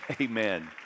Amen